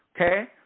okay